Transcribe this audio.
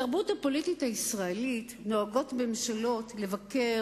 בתרבות הפוליטית הישראלית נוהגות ממשלות לבקר